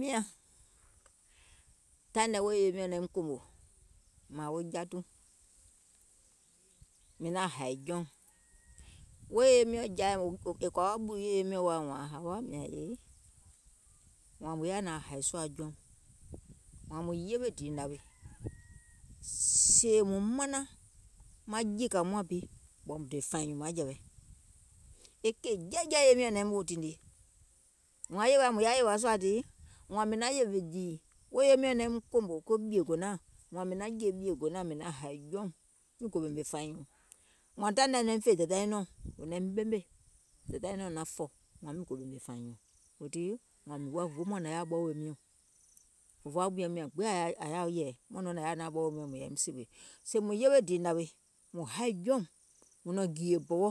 Miȧŋ taìŋ nɛ wo yèye miɔ̀ŋ naim kòmò, mȧȧŋ wo jatù, mìŋ naŋ hȧi jɔùŋ, wo yèye miɔ̀ŋ jȧa è kɔ̀ȧ wa ɓùi yèye miɔ̀ŋ woȧ wȧȧŋ hȧwa mìȧŋ èe, mùŋ yaȧ naȧŋ hàì sùȧ jɔùŋ, wààŋ mùŋ yewe dìì nȧwèè, sèè mùŋ manaŋ maŋ jìkȧ muȧŋ bi ɓɔ̀ mùŋ dè fàìŋ nyùùŋ maŋjɛ̀wɛ, e keì jɛɛ̀jɛɛ̀ yèye miɔ̀ŋ naim woò tiŋ nii, wȧȧŋ yèwaȧ mùŋ yaȧ yèwȧ sùȧ dìì, wȧȧŋ mìŋ naŋ yèwè dìì, wo yèye miɔ̀ŋ naim kòmò ko ɓìègònaȧŋ, wȧȧŋ mìŋ jèè ɓìègònaȧŋ mìŋ naŋ hȧì jɔùŋ, miŋ gò ɓèmè fàìŋ nyùùŋ, wààŋ taìŋ nɛ ȧŋ naim fè dèdauŋ nɔɔ̀ŋ, wò naim ɓèmè, dèdauŋ nɔɔ̀ŋ naŋ fɔ̀ mìŋ gò ɓèmè fàìŋ nyùùŋ, wȧȧŋ weètii mìŋ woȧ wȧȧŋ muȧŋ nȧŋ yaȧ ɓɔɔwò miɔ̀ŋ, òfoo aŋ wùìyaum nyȧŋ gbiŋ ȧŋ yaȧ yɛ̀ɛ̀, muȧŋ nɔŋ nȧŋ yaȧ ɓɔɔwò miɔ̀ŋ mùŋ yȧìm sìwè, sèè mùŋ yewe dìì nàwèè, mùŋ haì jɔiùŋ mùŋ nɔ̀ŋ gììyè bɔwɔ,